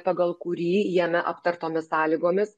pagal kurį jame aptartomis sąlygomis